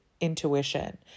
intuition